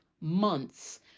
months